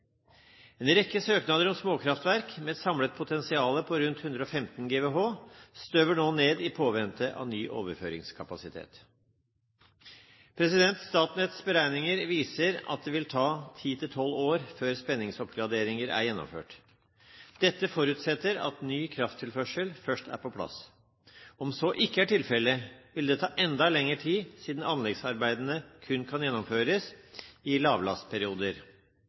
En rekke søknader om småkraftverk, med et samlet potensial på rundt 115 GWh, støver nå ned i påvente av ny overføringskapasitet. Statnetts beregninger viser at det vil ta ti–tolv år før spenningsoppgradering er gjennomført. Dette forutsetter at ny krafttilførsel først er på plass. Om så ikke er tilfellet, vil det ta enda lengre tid, siden anleggsarbeidene kun kan gjennomføres i lavlastperioder.